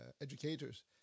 educators